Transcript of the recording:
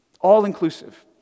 All-inclusive